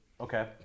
Okay